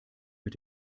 mit